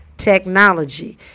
technology